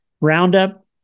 Roundup